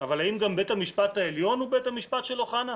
אבל האם גם בית המשפט העליון הוא בית המשפט של אוחנה?